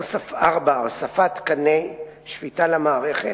הוספת תקני שפיטה למערכת,